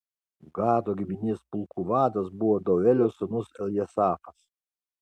gado giminės pulkų vadas buvo deuelio sūnus eljasafas